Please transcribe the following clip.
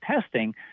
testing